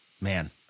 Man